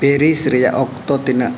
Paris ᱨᱮᱭᱟᱜ ᱚᱠᱛᱚ ᱛᱤᱱᱟᱹᱜ